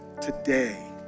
Today